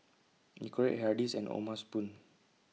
Nicorette Hardy's and O'ma Spoon